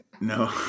No